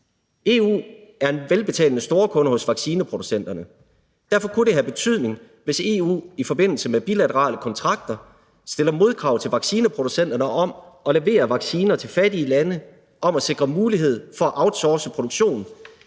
EU er en velbetalende storkunde hos vaccineproducenterne, og derfor kunne det have betydning, hvis EU i forbindelse med bilaterale kontrakter stiller modkrav til vaccineproducenterne om at levere vacciner til fattige lande, om at sikre mulighed for at outsource produktionen